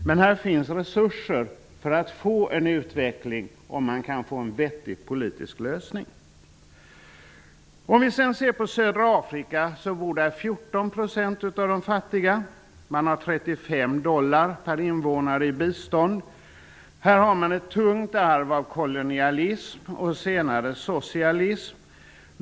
Men här finns resurser för att få en utveckling, om man kan få en vettig politisk lösning. I södra Afrika bor 14 % av de fattiga. Man får 35 dollar per invånare i bistånd. Här har man ett tungt arv av kolonialism och senare socialism.